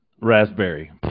Raspberry